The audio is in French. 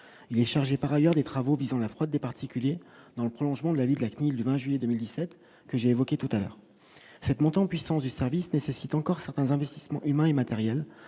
il est chargé par ailleurs des travaux visant la fraude des particuliers, dans le prolongement de l'avis de la CNIL 20 juillet 2017 que j'ai évoquée tout à l'heure, cette montée en puissance du service nécessite encore certains investissements humains et matériels